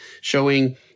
showing